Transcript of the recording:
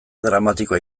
dramatikoa